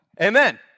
Amen